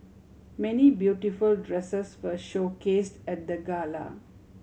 many beautiful dresses were showcase at the gala